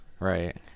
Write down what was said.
Right